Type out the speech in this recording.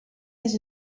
les